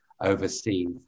overseas